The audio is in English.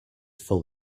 full